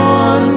on